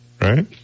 right